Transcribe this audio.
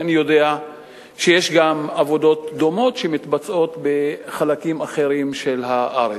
אני יודע שעבודות דומות מתבצעות בחלקים אחרים של הארץ.